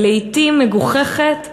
ולעתים מגוחכת,